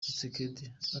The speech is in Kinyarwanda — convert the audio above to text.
tshisekedi